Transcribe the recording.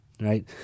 right